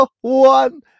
one